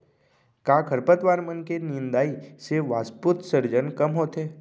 का खरपतवार मन के निंदाई से वाष्पोत्सर्जन कम होथे?